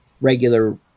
regular